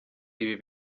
ibi